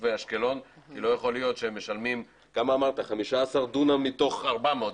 תושבי אשקלון כי לא יכול להיות שהם משלמים על 15 דונם מתוך 400 דונם.